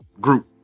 group